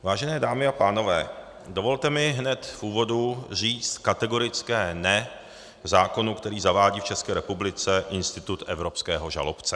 Vážené dámy a pánové, dovolte mi hned v úvodu říct kategorické ne zákonu, který zavádí v České republice institut evropského žalobce.